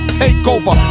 takeover